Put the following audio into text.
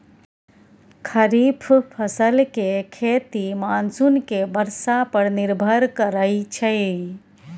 खरीफ फसल के खेती मानसून के बरसा पर निर्भर करइ छइ